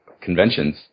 conventions